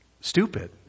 stupid